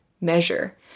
measure